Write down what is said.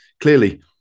clearly